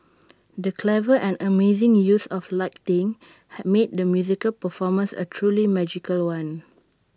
the clever and amazing use of lighting has made the musical performance A truly magical one